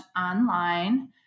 online